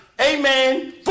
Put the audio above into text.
Amen